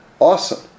Awesome